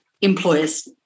employers